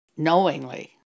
knowingly